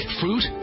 fruit